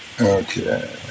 Okay